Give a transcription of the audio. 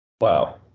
Wow